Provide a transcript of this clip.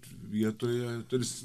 vietoje tarsi